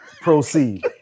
Proceed